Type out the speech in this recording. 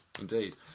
Indeed